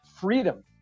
freedom